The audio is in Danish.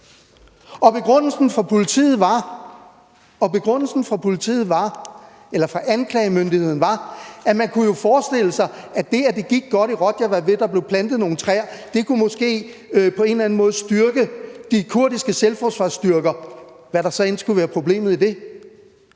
og begrundelsen fra anklagemyndigheden var, at man jo kunne forestille sig, at det, at det gik godt i Rojava, ved at der blev plantet nogle træer, måske på en eller anden måde kunne styrke de kurdiske selvforsvarsstyrker, hvad der så end skulle være problemet i det.